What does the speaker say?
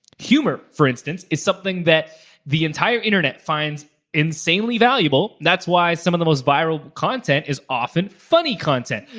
humor, for instance, is something that the entire internet finds insanely valuable. that's why some of the most viral content is often funny content,